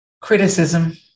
Criticism